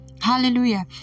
hallelujah